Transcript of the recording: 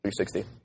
360